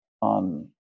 on